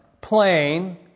plain